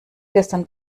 gestern